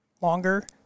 longer